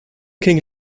king